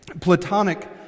Platonic